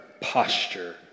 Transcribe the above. posture